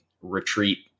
retreat